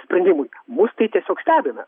sprendimui mus tai tiesiog stebina